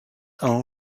own